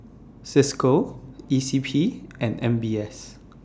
CISCO E C P and M B S